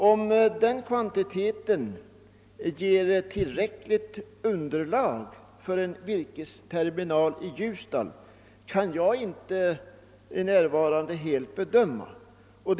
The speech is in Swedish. Om den kvantiteten ger tillräckligt underlag för en virkesterminal i Ljusdal kan jag inte avgöra för närvarande.